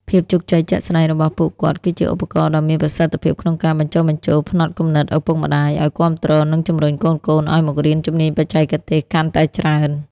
ភាពជោគជ័យជាក់ស្ដែងរបស់ពួកគាត់ គឺជាឧបករណ៍ដ៏មានប្រសិទ្ធភាពក្នុងការបញ្ចុះបញ្ចូលផ្នត់គំនិតឪពុកម្ដាយ ឱ្យគាំទ្រ និងជំរុញកូនៗឱ្យមករៀនជំនាញបច្ចេកទេសកាន់តែច្រើន។